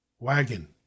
wagon